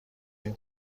این